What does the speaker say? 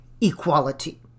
equality